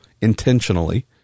intentionally